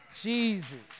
Jesus